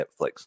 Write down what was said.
netflix